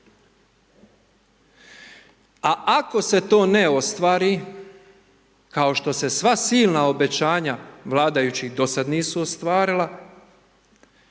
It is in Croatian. A, ako se to ne ostvari, kao što se sva silna obećanja vladajućih do sada nisu ostvarila,